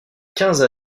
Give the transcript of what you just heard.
quinze